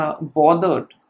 bothered